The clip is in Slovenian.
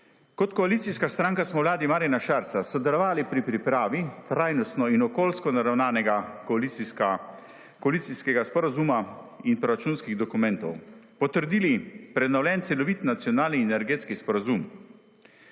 Kot koalicijska stranka smo v vladi Marjana Šarca sodelovali pri pripravi trajnostno in okoljsko naravnanega koalicijskega sporazuma in proračunskih dokumentov, potrdili prenovljen celovit nacionalni in(?) energetski sporazum.